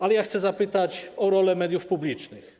Ale chcę zapytać o rolę mediów publicznych.